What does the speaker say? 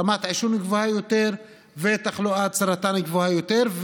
רמת עישון גבוהה יותר ותחלואת סרטן גבוהה יותר.